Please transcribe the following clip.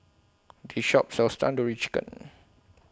This Shop sells Tandoori Chicken